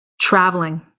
Traveling